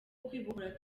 kwibohora